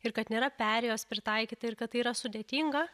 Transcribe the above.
ir kad nėra perėjos pritaikyta ir kad tai yra sudėtinga